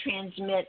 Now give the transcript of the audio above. transmit